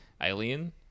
alien